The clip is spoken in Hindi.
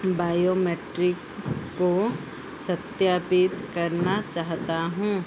बायोमैट्रिक्स को सत्यापित करना चाहता हूँ